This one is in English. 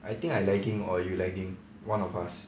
I think I lagging or you lagging one of us